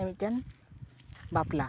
ᱢᱤᱫᱴᱮᱱ ᱵᱟᱯᱞᱟ